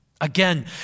Again